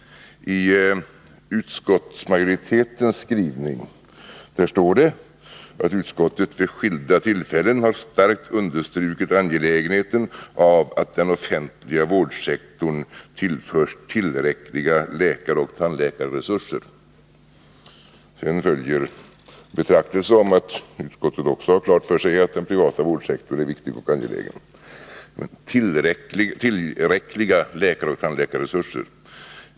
I utskottets skrivning står det nämligen att utskottet vid skilda tillfällen har starkt understrukit angelägenheten av att den offentliga vårdsektorn tillförts tillräckliga läkaroch tandläkarresurser. Sedan följer en betraktelse över att utskottet också har klart för sig att den privata vårdsektorn är viktig och angelägen. Man talar om ”tillräckliga” läkaroch tandläkarresurser.